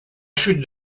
chute